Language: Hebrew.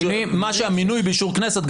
המינוי באישור כנסת,